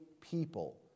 people